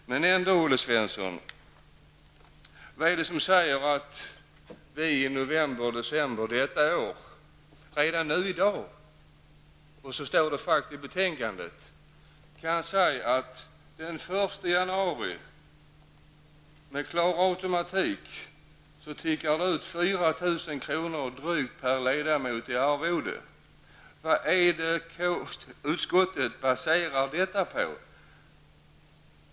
Men, Olle Svensson, vad är det som säger att vi redan i dag, så står det faktiskt i betänkandet, kan säga att den 1 januari 1992 tickar det ut med automatik drygt 4 000 kr. extra per ledamot i arvode? Vad baserar utskottet detta på?